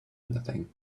anything